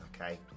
okay